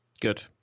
good